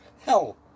Hell